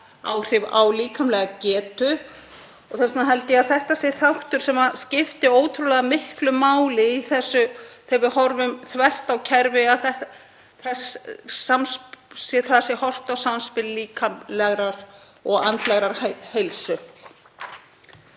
áhrif á líkamlega getu. Ég held því að þetta sé þáttur sem skiptir ótrúlega miklu máli, þegar við horfum þvert á kerfi, að horft sé til samspils líkamlegrar og andlegrar heilsu.